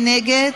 מי נגד?